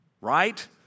right